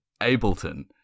ableton